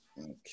Okay